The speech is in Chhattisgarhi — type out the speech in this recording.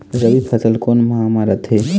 रबी फसल कोन माह म रथे?